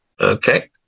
Okay